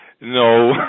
No